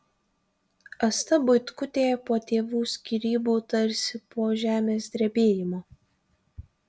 asta buitkutė po tėvų skyrybų tarsi po žemės drebėjimo